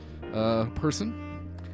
person